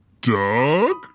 Doug